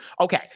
Okay